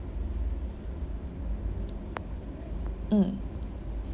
mm